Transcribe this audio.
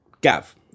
Gav